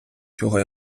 чого